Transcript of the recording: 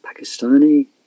Pakistani